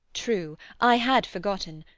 true! i had forgotten.